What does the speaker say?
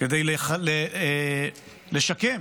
כדי לשקם